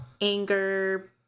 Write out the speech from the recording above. anger